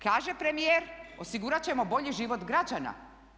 Kaže premijer osigurat ćemo bolji život građana.